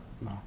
No